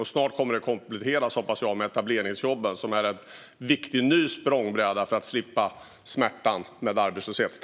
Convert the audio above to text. Och snart kommer det att kompletteras, hoppas jag, med etableringsjobben, som är en viktig ny språngbräda för att man ska slippa smärtan med arbetslöshet.